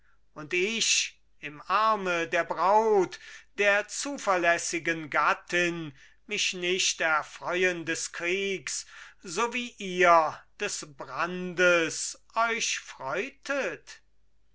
und ich im arme der braut der zuverlässigen gattin mich nicht erfreuen des kriegs so wie ihr des brandes euch freutet